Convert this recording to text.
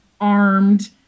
armed